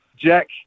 Jack